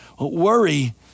Worry